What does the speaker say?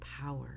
power